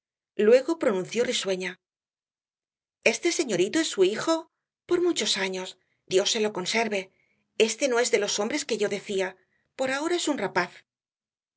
luego pronunció risueña este señorito es su hijo por muchos años dios se lo conserve este no es de los hombres que yo decía por ahora es un rapaz